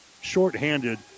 shorthanded